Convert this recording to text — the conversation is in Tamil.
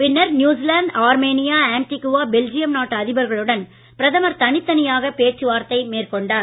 பின்னர் நியூசிலாந்து ஆர்மேனியா ஆன்டிகுவா பெல்ஜியம் நாட்டு அதிபர்களுடன் பிரதமர் தனித்தனியாக பேச்சுவார்த்தை மேற்கொண்டார்